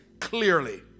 clearly